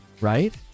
right